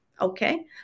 Okay